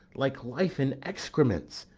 like life in excrements,